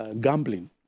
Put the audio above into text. gambling